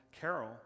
Carol